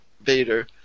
Vader